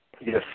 Yes